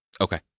Okay